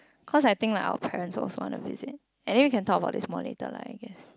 cause I think like our parents also want to visit and then you can talk about this more later lah I guess